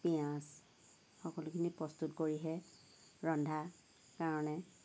পিঁয়াজ সকলোখিনি প্ৰস্তুত কৰিহে ৰন্ধা কাৰণে